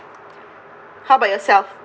how about yourself